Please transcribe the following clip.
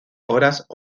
horas